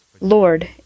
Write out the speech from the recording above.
Lord